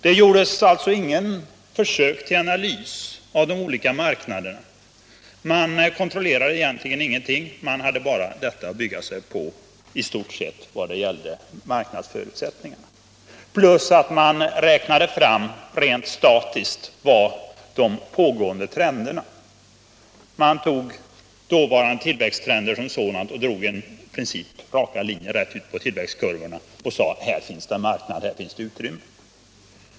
Det gjordes alltså inga försök till analys av de olika marknaderna. Man kontrollerade egentligen ingenting utan hade i stort sett bara detta att bygga på när det gällde marknadsförutsättningarna samt det att man rent statistiskt räknat fram trenderna. Man tog de dåvarande tillväxttrenderna, beräknade tillväxtkurvorna därefter och sade att här finns det en marknad, här finns det utrymme.